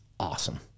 Awesome